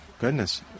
goodness